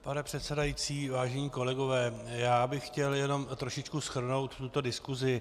Pane předsedající, vážení kolegové, já bych chtěl jenom trošičku shrnout tuto diskusi.